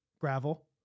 gravel